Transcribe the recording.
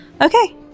okay